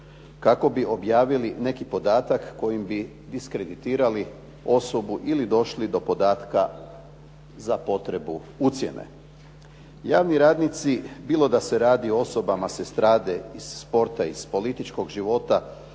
kako bi objavili neki podatak kojim bi diskreditirali osobu ili došli do podatka za potrebu ucjene. Javni radnici, bilo da se radi o osobama s estrade, iz sporta, iz političkog života